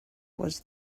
was